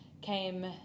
came